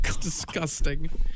Disgusting